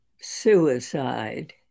suicide